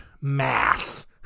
mass